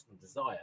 desire